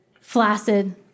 flaccid